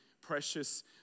precious